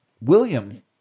William